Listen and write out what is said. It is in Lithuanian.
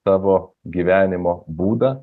savo gyvenimo būdą